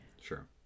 Sure